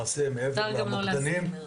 מעבר למוקדנים,